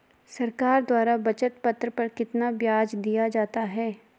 सरकार द्वारा बचत पत्र पर कितना ब्याज दिया जाता है?